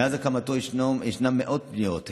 מאז הקמתו ישנן מאות פניות,